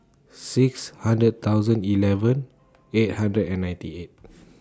six hundred thousand eleven eight hundred and ninety eight